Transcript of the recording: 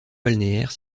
balnéaire